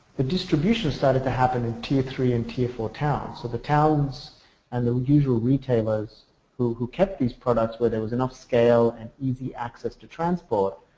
the distribution side happens in tier three and tier four towns. so the towns and the usual retailers who who kept this products where there was enough scale and easy access to transport.